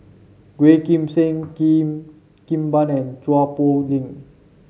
Yeoh Ghim Seng Cheo Kim Ban and Chua Poh Leng